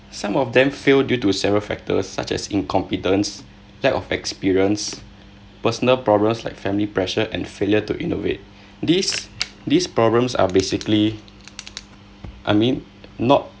some of them failed due to several factors such as incompetence lack of experience personal problems like family pressure and failure to innovate these these problems are basically I mean not